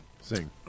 Sing